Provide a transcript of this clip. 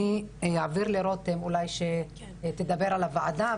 אני אעביר לרותם אולי שתדבר על הוועדה,